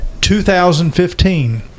2015